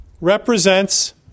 represents